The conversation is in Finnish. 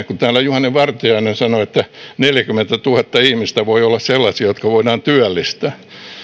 kun täällä juhana vartiainen sanoi että neljäkymmentätuhatta ihmistä voi olla sellaisia jotka voidaan työllistää